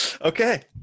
okay